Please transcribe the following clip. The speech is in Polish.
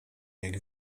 jak